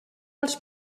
els